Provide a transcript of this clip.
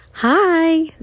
Hi